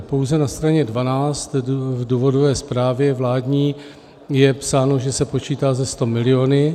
Pouze na straně 12 v důvodové zprávě vládní je psáno, že se počítá se sto miliony.